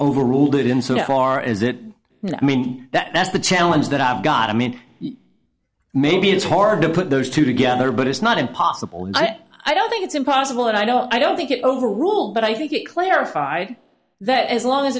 far as it and i mean that that's the challenge that i've got i mean maybe it's hard to put those two together but it's not impossible i don't think it's impossible and i don't i don't think it over wolf but i think it clarified that as long as